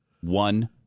one